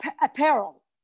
apparel